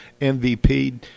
MVP